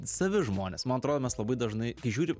savi žmonės man atrodo mes labai dažnai kai žiūri